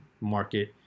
market